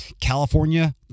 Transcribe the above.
California